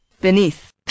beneath